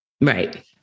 right